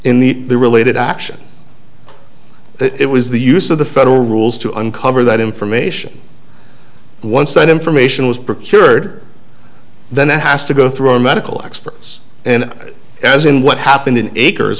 the related action it was the use of the federal rules to uncover that information once that information was procured then it has to go through our medical experts and as in what happened in acres